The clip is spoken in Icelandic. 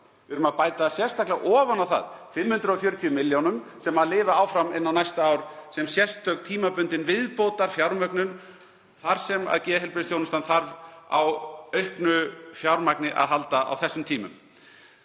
Við erum að bæta sérstaklega ofan á það 540 milljónum sem lifa áfram inn á næsta ár sem sérstök tímabundin viðbótarfjármögnun þar sem geðheilbrigðisþjónustan þarf á auknu fjármagni að halda á þessum tímum.